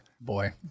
Boy